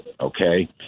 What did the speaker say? okay